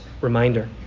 reminder